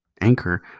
Anchor